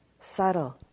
subtle